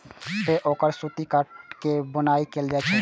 फेर ओकर सूत काटि के बुनाइ कैल जाइ छै